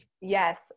Yes